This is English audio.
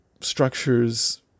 structures